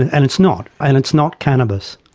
and and it's not, and it's not cannabis.